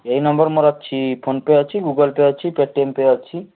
ଏଇ ନମ୍ବର୍ ମୋର ଅଛି ଫୋନ୍ ପେ ଅଛି ଗୁଗୁଲ୍ ପେ ଅଛି ପେଟିଏମ୍ ପେ ଅଛି